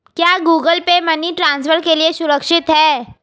क्या Google Pay money transfer के लिए सुरक्षित है?